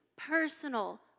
personal